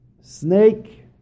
Snake